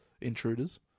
intruders